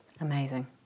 Amazing